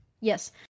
Yes